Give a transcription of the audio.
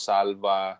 Salva